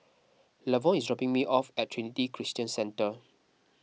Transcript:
Lavon is dropping me off at Trinity Christian Centre